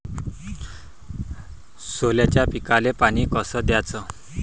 सोल्याच्या पिकाले पानी कस द्याचं?